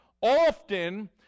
often